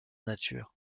nature